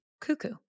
cuckoo